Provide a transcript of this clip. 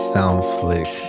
Soundflick